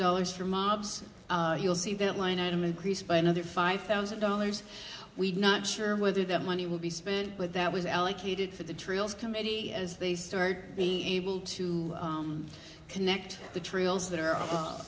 dollars for mobs you'll see that line item increase by another five thousand dollars we not sure whether that money will be spent but that was allocated for the trails committee as they start being able to connect the trails that